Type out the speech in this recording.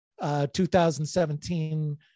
2017